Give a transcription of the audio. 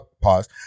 pause